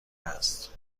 است